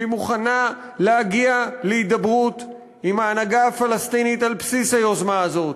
שהיא מוכנה להגיע להידברות עם ההנהגה הפלסטינית על בסיס היוזמה הזאת.